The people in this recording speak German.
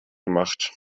gemacht